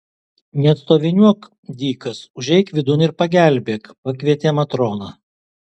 nestoviniuok dykas užeik vidun ir pagelbėk pakvietė matrona